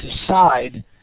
decide